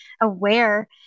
aware